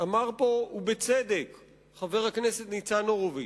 אמר פה ובצדק חבר הכנסת ניצן הורוביץ: